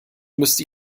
müsste